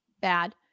bad